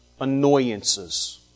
annoyances